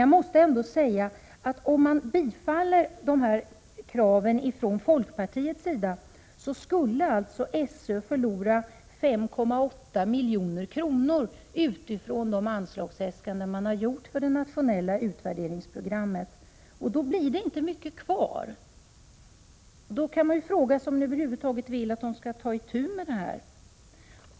Jag måste säga att om kraven från folkpartiet bifalls, kommer SÖ att förlora 5,8 milj.kr. utifrån de anslagsäskanden folkpartiet har gjort för det nationella utvärderingsprogrammet. Då blir det inte mycket pengar kvar. Man kan då fråga sig om folkpartiet över huvud taget vill att man skall ta itu med detta.